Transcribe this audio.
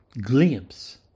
glimpse